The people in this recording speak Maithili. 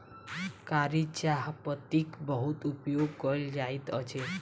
कारी चाह पत्तीक बहुत उपयोग कयल जाइत अछि